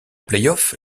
playoff